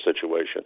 situation